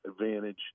advantage